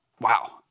Wow